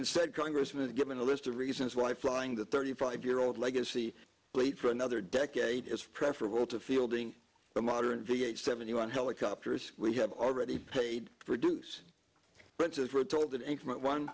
instead congressman is given a list of reasons why flying the thirty five year old legacy late for another decade is preferable to fielding the modern v a seventy one helicopters we have already paid for dues princes were told that